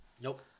Nope